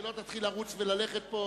שלא תתחיל לרוץ וללכת פה.